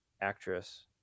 actress